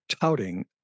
touting